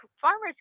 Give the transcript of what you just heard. farmers